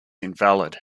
invalid